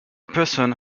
person